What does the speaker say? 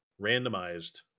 randomized